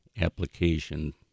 application